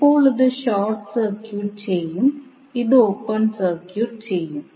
ഇപ്പോൾ ഇത് short circuit ചെയ്യും ഇത് ഓപ്പൺ സർക്യൂട്ട് ചെയ്യും